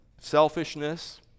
Selfishness